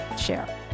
share